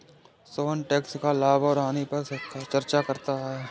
Sohan tax का लाभ और हानि पर चर्चा करता है